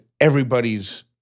everybody's